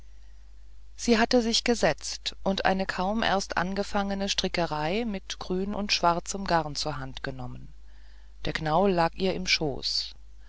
sie hatte sich gesetzt und eine kaum erst angefangene strickerei mit grün und schwarzem garn zur hand genommen der knaul lag ihr im schoße